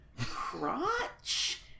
crotch